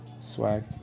Swag